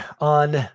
on